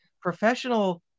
professional